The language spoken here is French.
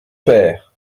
père